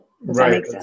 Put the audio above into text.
Right